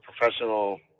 professional